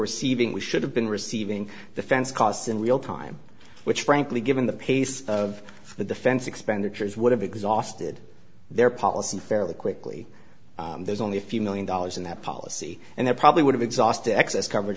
receiving we should have been receiving the fence costs in real time which frankly given the pace of the defense expenditures would have exhausted their policy fairly quickly there's only a few million dollars in that policy and they probably would have exhausted excess coverage